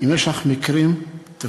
אם ידועים לך מקרים שלא פועלים לפי ההנחיות,